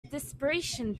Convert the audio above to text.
dispersion